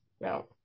no